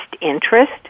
interest